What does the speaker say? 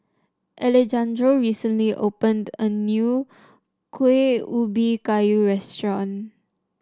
Alejandro recently opened a new Kuih Ubi Kayu restaurant